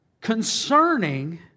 concerning